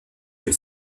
que